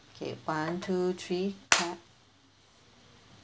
K one two three clap